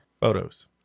photos